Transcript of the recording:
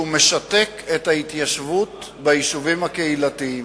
משתק את ההתיישבות ביישובים הקהילתיים.